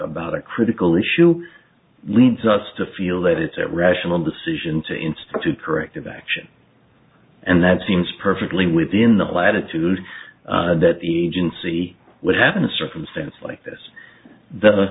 about a critical issue leads us to feel that it's a rational decision to institute corrective action and that seems perfectly within the latitude that agency would happen a circumstance like this the